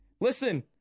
Listen